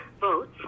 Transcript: votes